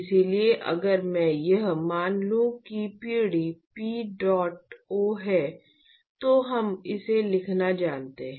इसलिए अगर मैं यह मान लूं कि पीढ़ी qdot 0 है तो हम इसे लिखना जानते हैं